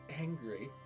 Angry